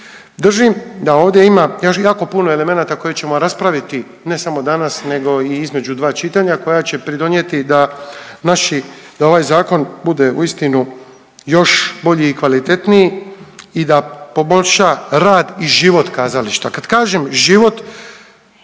Držim da ovdje ima još jako puno elemenata koje ćemo raspraviti ne samo danas nego i između dva čitanja koja će pridonijeti da naši da ovaj zakon bude uistinu još bolji i kvalitetniji i da poboljša rad i život kazališta. Kad kažem život